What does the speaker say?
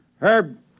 Herb